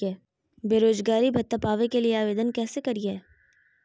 बेरोजगारी भत्ता पावे के लिए आवेदन कैसे करियय?